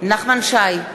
נחמן שי,